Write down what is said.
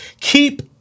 Keep